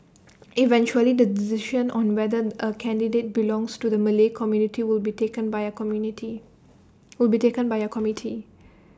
eventually the decision on whether A candidate belongs to the Malay community will be taken by A committee